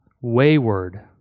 wayward